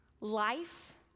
life